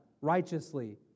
righteously